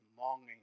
longing